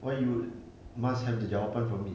why you must have the jawapan for me